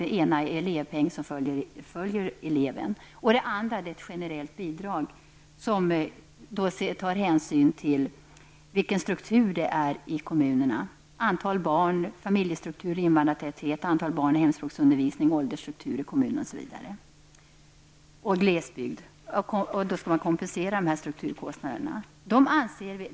Det ena är en elevpeng som följer eleven, och det andra är ett generellt bidrag som tar hänsyn till kommunernas struktur: antalet barn, familjestruktur, invandrartäthet, antalet barn med hemspråksundervisning, åldersstruktur, glesbygdskaraktär osv. Vi anser att dessa strukturskillnader bör kompenseras.